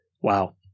Wow